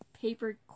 paper